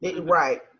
Right